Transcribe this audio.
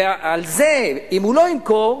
ועל זה, אם הוא לא ימכור,